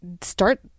start